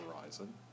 horizon